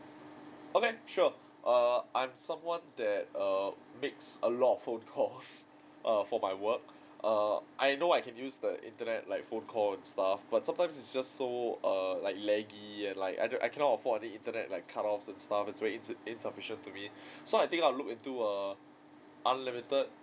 okay sure err I'm someone that err makes a lot of phone calls err for my work err I know I can use the internet like phone calls and stuff but sometimes it's just so err like laggy and like I don't I cannot afford any internet like cut off and stuff it's very it's insufficient to me so I think I'll look into err unlimited